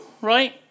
right